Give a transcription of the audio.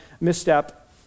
misstep